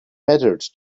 mattered